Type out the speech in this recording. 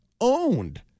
owned